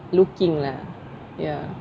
looking lah ya